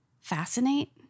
fascinate